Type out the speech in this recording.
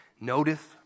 notice